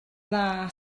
dda